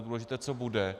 Důležité je, co bude.